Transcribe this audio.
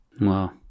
Wow